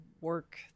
work